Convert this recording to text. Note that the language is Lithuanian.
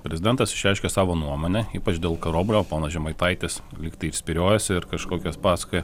prezidentas išreiškė savo nuomonę ypač dėl karoblio o ponas žemaitaitis lyg taip spyriojasi ir kažkokias pasakoja